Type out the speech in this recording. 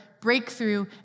breakthrough